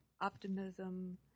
optimism